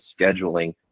scheduling